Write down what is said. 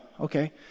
okay